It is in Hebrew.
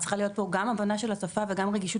צריכה להיות פה גם הבנה של השפה וגם רגישות